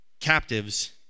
captives